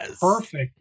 perfect